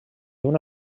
una